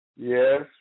Yes